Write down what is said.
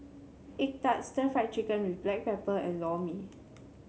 egg tart stir Fry Chicken with Black Pepper and Lor Mee